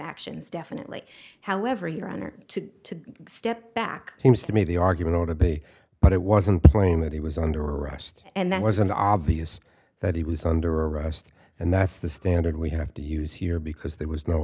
actions definitely however your honor to step back seems to me the argument ought to be but it wasn't plain that he was under arrest and that wasn't obvious that he was under arrest and that's the standard we have to use here because there was no